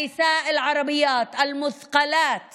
הנשים הערביות נושאות